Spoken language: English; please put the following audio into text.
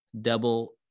double